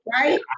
right